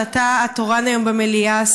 שאתה התורן היום במליאה,